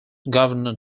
governor